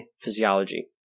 physiology